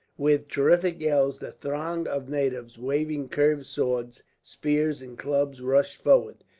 with terrific yells the throng of natives, waving curved swords, spears, and clubs, rushed forward.